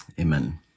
Amen